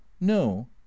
No